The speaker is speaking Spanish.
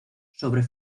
sobre